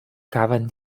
caben